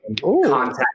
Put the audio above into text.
contact